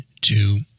two